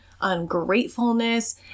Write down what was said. ungratefulness